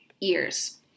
ears